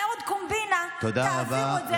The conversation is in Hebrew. סליחה, אבל הוא הפריע לי, לא הספקתי להציג את זה.